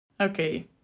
Okay